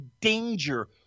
danger